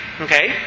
okay